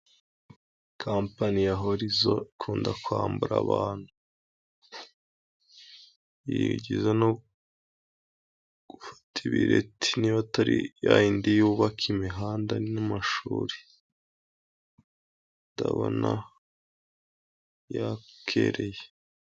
Company ya horizo ikunda kwambura abantu. yigeza no gufata ibireti niba atari ya yindi yubaka imihanda n'amashuri. Ndabona yabukereye.